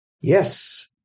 Yes